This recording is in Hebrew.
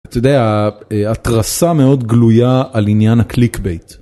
אתה יודע, התרסה מאוד גלויה על עניין הקליק בייט.